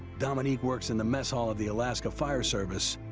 dominique works in the mess hall of the alaska fire service.